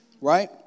right